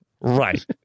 Right